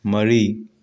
ꯃꯔꯤ